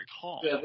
Hall